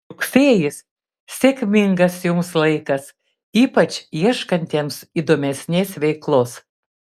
rugsėjis sėkmingas jums laikas ypač ieškantiems įdomesnės veiklos